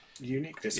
unique